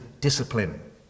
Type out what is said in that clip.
discipline